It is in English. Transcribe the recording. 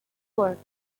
quirks